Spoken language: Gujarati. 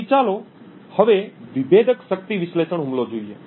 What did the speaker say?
તેથી ચાલો હવે વિભેદક શક્તિ વિશ્લેષણ હુમલો જોઈએ